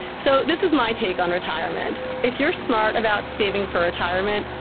so this is my take on retirement. if you're smart about saving for retirement,